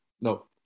no